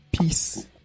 Peace